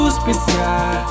special